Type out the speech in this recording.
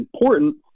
important